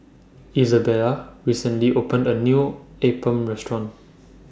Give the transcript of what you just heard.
Izabella recently opened A New Appam Restaurant